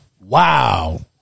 Wow